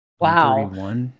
wow